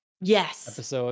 Yes